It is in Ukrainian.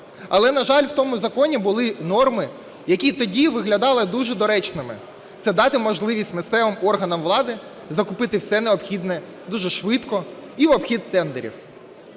Але, на жаль, в тому законі були норми, які тоді виглядали дуже доречними: це дати можливість місцевим органам влади закупити все необхідне дуже швидко і в обхід тендерів.